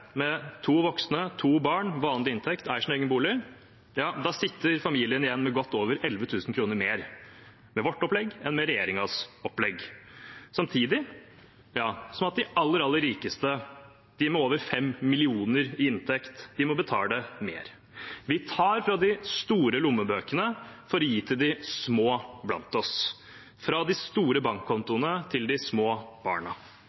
med to voksne, to barn, vanlig inntekt, som eier sin egen bolig, da sitter familien igjen med godt over 11 000 kr mer med vårt opplegg enn med regjeringens opplegg, samtidig som de aller, aller rikeste, de med over 5 mill. kr i inntekt, må betale mer. Vi tar fra de store lommebøkene for å gi til de små blant oss, fra de store bankkontoene til de små barna.